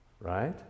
right